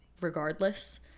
regardless